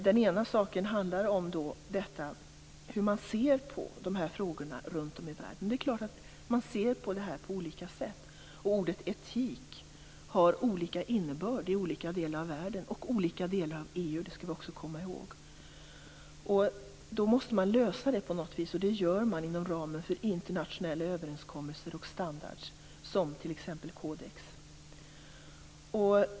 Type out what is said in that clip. Den ena saken handlar om hur man ser på dessa frågor runtom i världen. Det är klart att man ser på det på olika sätt. Ordet etik har olika innebörd i olika delar av världen och olika delar av EU - det skall vi också komma ihåg. Det måste man lösa på något vis. Det gör man inom ramen för internationella överenskommelser och standarder, som t.ex. Codex.